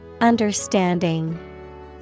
Understanding